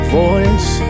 voice